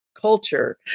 culture